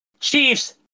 Chiefs